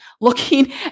looking